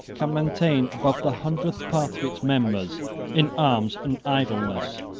can maintain above the hundredth part of its members in arms and idleness.